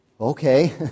Okay